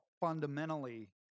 fundamentally